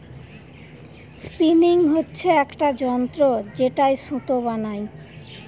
spinning হচ্ছে একটা যন্ত্র যেটায় সুতো বানাই